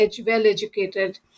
well-educated